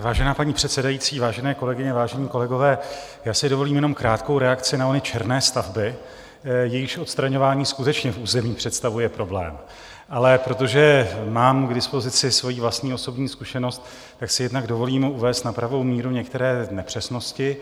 Vážená paní předsedající, vážené kolegyně, vážení kolegové, dovolím si jenom krátkou reakci na ony černé stavby, jejichž odstraňování skutečně v území představuje problém, ale protože mám k dispozici svoji vlastní osobní zkušenost, tak si jednak dovolím uvést na pravou míru některé nepřesnosti.